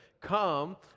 come